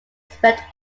expert